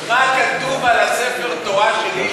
מה כתוב על הספר תורה של הלל.